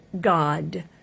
God